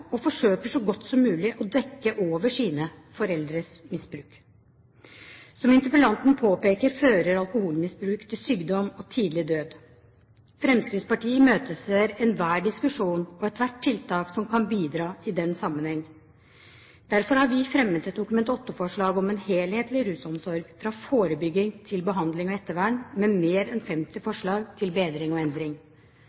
og forsøker så godt som mulig å dekke over sine foreldres misbruk. Som interpellanten påpeker, fører alkoholmisbruk til sykdom og tidlig død. Fremskrittspartiet imøteser enhver diskusjon og ethvert tiltak som kan bidra i den sammenheng. Derfor har vi fremmet et Dokument nr. 8-forslag om en helhetlig rusomsorg, fra forebygging til behandling og ettervern, med mer enn 50